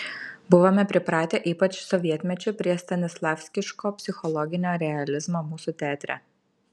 buvome pripratę ypač sovietmečiu prie stanislavskiško psichologinio realizmo mūsų teatre